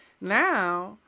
now